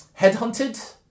headhunted